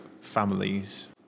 families